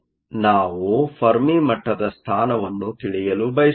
ನಾವು ಫೆರ್ಮಿ ಮಟ್ಟದ ಸ್ಥಾನವನ್ನು ತಿಳಿಯಲು ಬಯಸುತ್ತೇವೆ